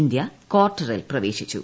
India ക്വാർട്ടറിൽ പ്രവേശിച്ചു